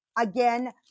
again